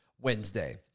Wednesday